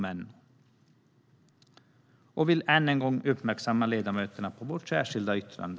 Jag vill än en gång uppmärksamma ledamöterna på vårt särskilda yttrande.